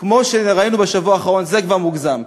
כמו שראינו בשבוע האחרון, זה כבר מוגזם.